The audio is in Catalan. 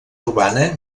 urbana